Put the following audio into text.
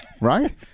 Right